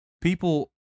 People